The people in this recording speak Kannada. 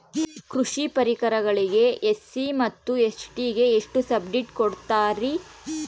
ಕೃಷಿ ಪರಿಕರಗಳಿಗೆ ಎಸ್.ಸಿ ಮತ್ತು ಎಸ್.ಟಿ ಗೆ ಎಷ್ಟು ಸಬ್ಸಿಡಿ ಕೊಡುತ್ತಾರ್ರಿ?